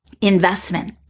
Investment